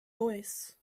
voice